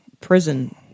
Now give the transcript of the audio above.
prison